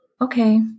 okay